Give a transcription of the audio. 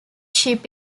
ship